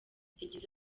yagize